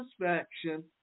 satisfaction